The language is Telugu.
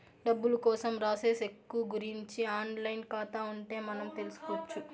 డబ్బులు కోసం రాసే సెక్కు గురుంచి ఆన్ లైన్ ఖాతా ఉంటే మనం తెల్సుకొచ్చు